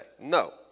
No